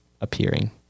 appearing